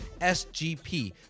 SGP